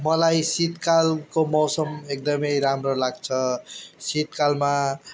मलाई शीत कालको मौसम एकदमै राम्रो लाग्छ शीत कालमा